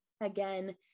Again